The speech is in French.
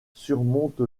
surmonte